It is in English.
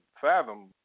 fathom